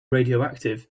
radioactive